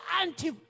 anti